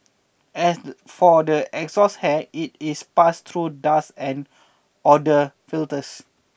as for the exhaust air it is passed through dust and odour filters